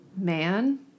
man